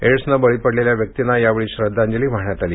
एड्सने बळी पडलेल्या व्यक्तीना यावेळी श्रद्धांजली वाहण्यात आली